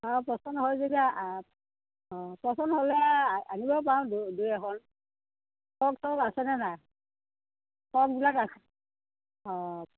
অ পচন্দ হয় যদি আ অ পচন্দ হ'লে আনিব পাৰোঁ দু দুই এখন ফ্ৰক চক আছেনে নাই ফ্ৰকবিলাক আছে অ